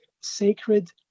sacred